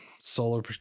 solar